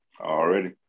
Already